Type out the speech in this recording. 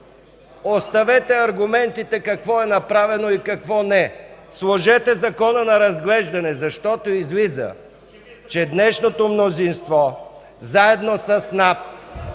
Оставете аргументите какво е направено и какво не е. Сложете Закона на разглеждане, защото излиза, че днешното мнозинство заедно с НАП